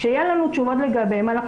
כשיהיו לנו תשובות לגביהן אנחנו